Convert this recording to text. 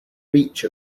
reach